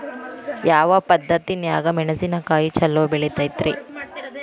ಯಾವ ಪದ್ಧತಿನ್ಯಾಗ ಮೆಣಿಸಿನಕಾಯಿ ಛಲೋ ಬೆಳಿತೈತ್ರೇ?